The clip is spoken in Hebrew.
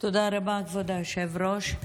תודה רבה, כבוד היושב-ראש.